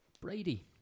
Brady